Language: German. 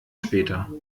später